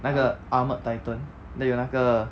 那个 armoured titan then 有那个